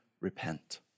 repent